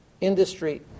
industry